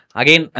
again